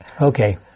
Okay